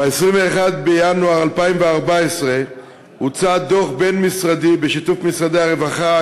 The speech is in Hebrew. ב-21 בינואר 2014 הוצא דוח בין-משרדי בשיתוף משרדי הרווחה,